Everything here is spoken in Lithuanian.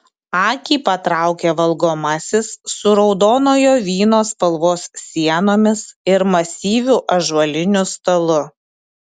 akį patraukė valgomasis su raudonojo vyno spalvos sienomis ir masyviu ąžuoliniu stalu